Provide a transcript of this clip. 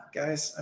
guys